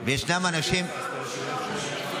יש אנשים --- כמי שהיה סגן ראש עיר הרבה שנים.